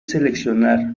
seleccionar